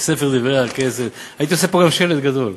בספר "דברי הכנסת" הייתי עושה פה גם שלט גדול,